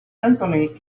anthony